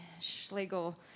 Schlegel